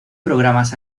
programas